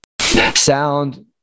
sound